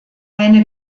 eine